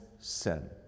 sin